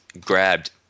grabbed